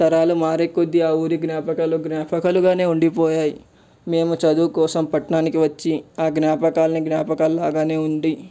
తరాలు మరేకొద్ది ఆ ఊరి జ్ఞాపకాలు జ్ఞాపకాలుగానే ఉండిపోయాయి మేము చదువుకోసం పట్టణంకి వచ్చి జ్ఞాపకాలు జ్ణాపకాలు లాగానే ఉంది